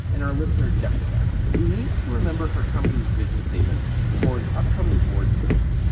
and our listener, jessica, who needs to remember her company's vision statement before an upcoming board meeting.